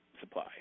supply